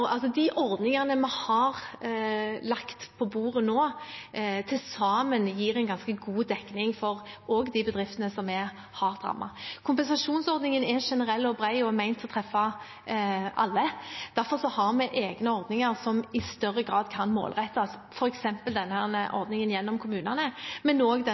de ordningene vi har lagt på bordet nå, til sammen gir en ganske god dekning også for de bedriftene som er hardt rammet. Kompensasjonsordningen er generell og bred og er ment å treffe alle. Derfor har vi egne ordninger som i større grad kan målrettes, f.eks. den ordningen gjennom kommunene, men